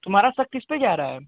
तुम्हारा शक किस पर जा रहा है